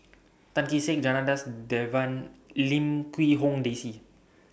Tan Kee Sek Janadas Devan Lim Quee Hong Daisy